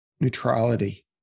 neutrality